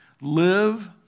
Live